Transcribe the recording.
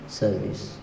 service